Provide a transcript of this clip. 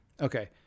Okay